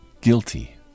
guilty